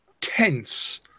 tense